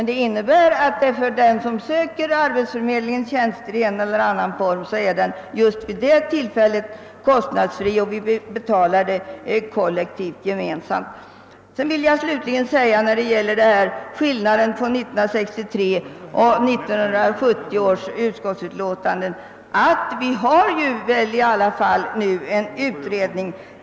Det innebär att den som söker arbetsförmedlingens tjänster i en eller annan form får dem kostnadsfritt just vid det tillfället, men vi betalar sedan kostnaderna gemensamt. Beträffande skillnaden mellan 1963 och 1970 års utskottsutlåtanden vill jag åter erinra om att det har tillkommit en utredning.